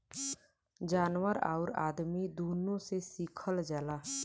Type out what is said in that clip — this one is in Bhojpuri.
जानवर आउर अदमी दुनो से खिचल जाला